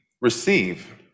receive